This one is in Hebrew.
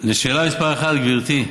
לשאלה מס' 1: גברתי,